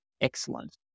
excellent